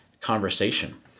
conversation